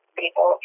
people